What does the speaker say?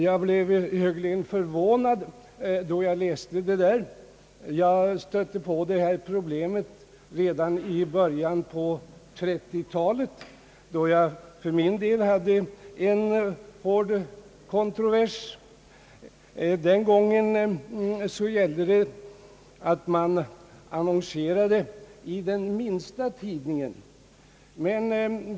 Jag blev högeligen förvånad då jag läste detta. Jag stötte på detta problem redan i början av 1930-talet, då jag hade en hård kontrovers. Den gången gällde det att man annonserade i den minsta tidningen.